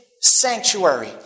sanctuary